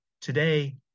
Today